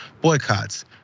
boycotts